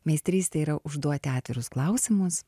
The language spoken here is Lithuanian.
meistrystė yra užduoti atvirus klausimus